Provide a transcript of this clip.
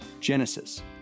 Genesis